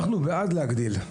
אנחנו בעד להגדיל.